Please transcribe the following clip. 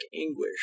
Anguish